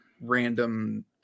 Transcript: random